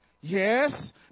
Yes